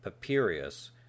Papirius